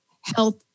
health